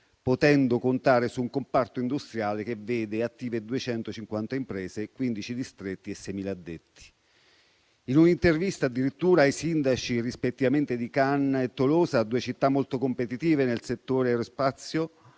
potendo contare su un comparto industriale che vede attive 250 imprese, 15 distretti e 6.000 addetti. In un'intervista i sindaci rispettivamente di Cannes e di Tolosa - due città molto competitive nel settore dell'aerospazio